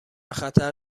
خطر